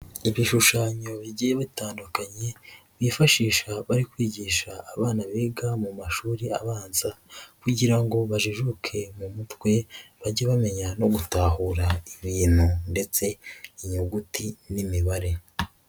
Ibishushanyo bigiye bitandukanye bifashisha bari kwigisha abana biga mu mashuri abanza kugira ngo bajijuke mu mutwe bajye bamenya no gutahura ibintu ndetse inyuguti n'imibare.